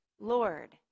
Lord